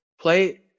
play